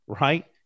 right